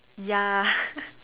ya